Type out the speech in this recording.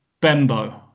Bembo